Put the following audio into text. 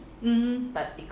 mmhmm